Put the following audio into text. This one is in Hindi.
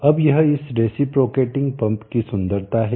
अब यह इस रेसिप्रोकेटिंग पंप की सुंदरता है